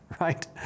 Right